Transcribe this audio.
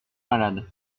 malade